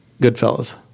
Goodfellas